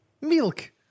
Milk